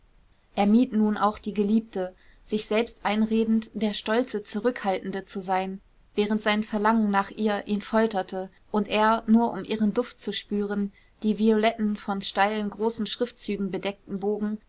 er mied nun auch die geliebte sich selbst einredend der stolze zurückhaltende zu sein während sein verlangen nach ihr ihn folterte und er nur um ihren duft zu spüren die violetten von steilen großen schriftzügen bedeckten bogen